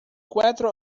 cuatro